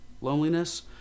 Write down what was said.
loneliness